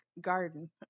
garden